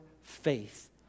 faith